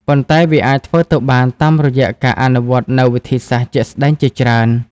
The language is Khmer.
ប៉ុន្តែវាអាចធ្វើទៅបានតាមរយៈការអនុវត្តនូវវិធីសាស្ត្រជាក់ស្តែងជាច្រើន។